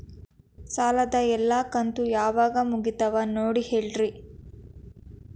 ಸಾಲದ ಎಲ್ಲಾ ಕಂತು ಯಾವಾಗ ಮುಗಿತಾವ ನೋಡಿ ಹೇಳ್ರಿ